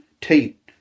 Tate